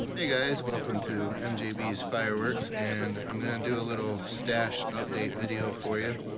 hey guys welcome to mjb's-fireworks and i'm going to do a little stash update video for you